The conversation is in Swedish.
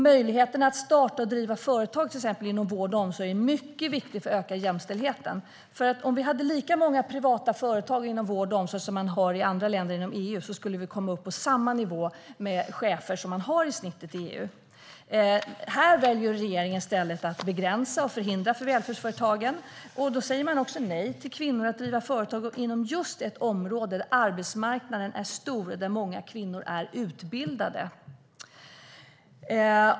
Möjligheten att starta och driva företag inom till exempel vård och omsorg är mycket viktig för att öka jämställdheten. Om det fanns lika många privata företag inom vård och omsorg som i andra länder i EU skulle vi komma upp på samma nivå av chefer som snittet i EU. Här väljer regeringen i stället att begränsa och förhindra för välfärdsföretagen. Då säger man också nej till kvinnor att driva företag inom just ett område där arbetsmarknaden är stor och där många kvinnor är utbildade.